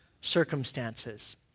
circumstances